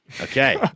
Okay